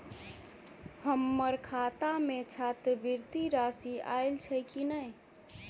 हम्मर खाता मे छात्रवृति राशि आइल छैय की नै?